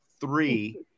three